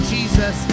Jesus